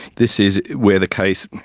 this is where the case,